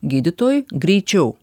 gydytojui greičiau